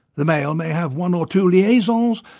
the male may have one or two liaisons,